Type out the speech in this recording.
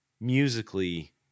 musically